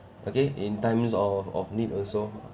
okay in times of of need also